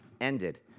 ended